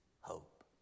hope